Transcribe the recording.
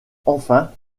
enfin